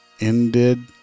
ended